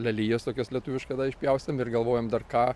lelijas tokias lietuviškas išpjaustėm ir galvojam dar ką